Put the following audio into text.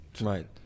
Right